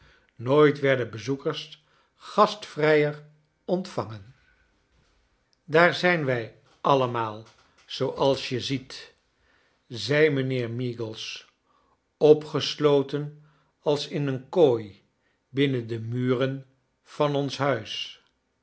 nooit werden bezoekers gastvrijer ontvangen daar zijn wij allemaal z ooals je zietl zei mijnheer meagles opgesloten als in een kooi binnen de muren van ons huis